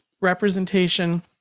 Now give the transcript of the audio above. representation